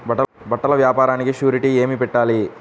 బట్టల వ్యాపారానికి షూరిటీ ఏమి పెట్టాలి?